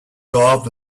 carved